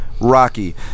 Rocky